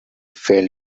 felt